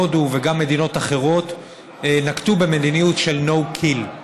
הודו, הן נקטו במדיניות של No-kill.